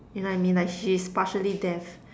you know I mean like she's partially deaf